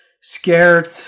scared